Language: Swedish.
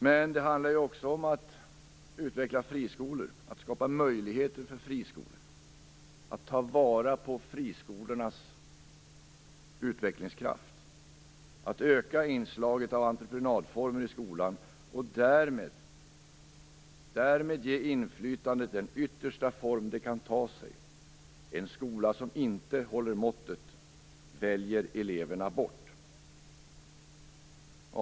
Men det handlar också om att utveckla friskolor, att skapa möjligheter för friskolor, att ta vara på friskolornas utvecklingskraft, att öka inslaget av entreprenadformer i skolan och därmed ge inflytandet den yttersta form det kan ta sig. En skola som inte håller måttet väljer eleverna bort.